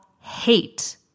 hate